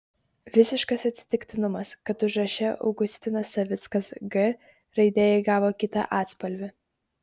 visiškas atsitiktinumas kad užraše augustinas savickas g raidė įgavo kitą atspalvį